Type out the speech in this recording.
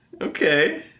Okay